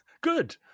Good